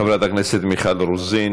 חברת הכנסת מיכל רוזין,